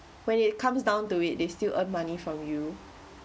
when it comes down to it they still earn money from you